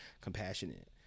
compassionate